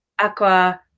aqua